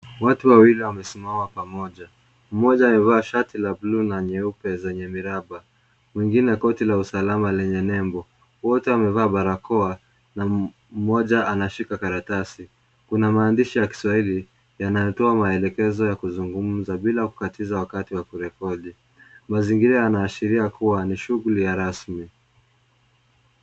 Watu wawili wamesimama pamoja, mmoja amevaa shati la bluu na nyeupe zenye miraba, mwingine koti la usalama lenye nembo, wote wamevaa barakoa na mmoja anashika karatasi, kuna maandishi ya kiswahili yanayotoa maelekezo ya kuzungumza bila kukatiza wakati wa kurekodi, mazingira yanaashiria kuwa ni shughuli ya rasmi.